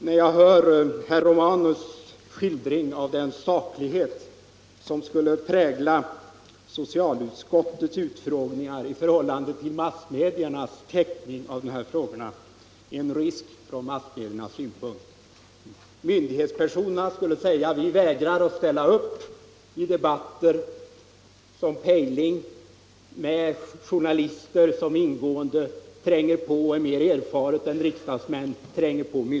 När jag hör herr Romanus skildring av den saklighet som skulle prägla socialutskottets utfrågningar i förhållande till massmediernas täckning av frågorna, ser jag en risk från massmediernas synpunkt. Myndighetspersonerna skulle vägra att delta i sådana debatter som förs i programmet Pejling, där journalister ställer inträngande frågor på ett mera erfaret sätt än vad riksdagsmännen kan.